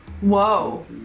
Whoa